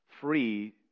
free